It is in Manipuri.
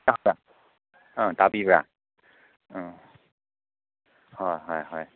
ꯑ ꯇꯥꯕꯤꯕ꯭ꯔꯥ ꯑ ꯍꯣꯏ ꯍꯣꯏ ꯍꯣꯏ